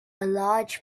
large